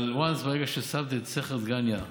אבל ברגע ששמת את סכר דגניה,